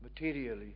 materially